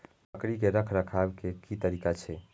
बकरी के रखरखाव के कि तरीका छै?